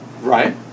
Right